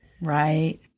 Right